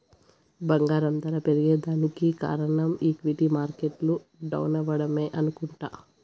బంగారం దర పెరగేదానికి కారనం ఈక్విటీ మార్కెట్లు డౌనవ్వడమే అనుకుంట